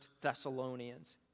Thessalonians